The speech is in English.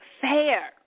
fair